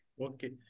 Okay